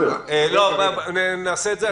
לא, נאסוף את השאלות.